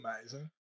amazing